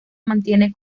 mantiene